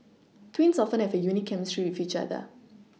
twins often have a unique chemistry with each other